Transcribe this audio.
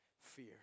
fear